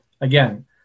Again